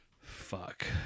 Fuck